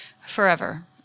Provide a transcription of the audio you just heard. forever